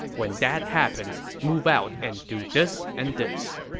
when that happens, move out and do this and this.